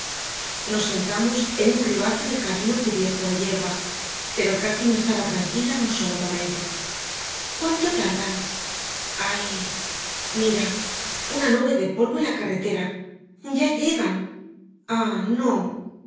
nos sentamos en un ribazo del camino cubierto de hierba pero cati no estaba tranquila un solo momento cuánto tardan ay mira una nube de polvo en la carretera ya llegan ah no